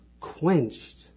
quenched